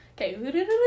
Okay